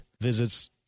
visits